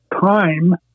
time